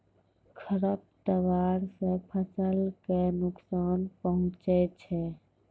खरपतवार से फसल क नुकसान पहुँचै छै